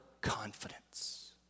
confidence